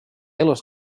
elus